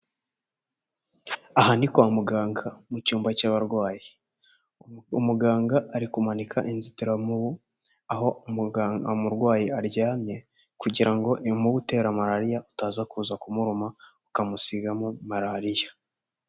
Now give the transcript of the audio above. Aha ni kwa muganga mu cyumba cy'abarwayi umuganga ari kumanika inzitiramubu aho umurwayi aryamye kugira ngo imibu itera malariya utaza kuza kumuruma ukamusigamo malariya.